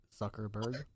Zuckerberg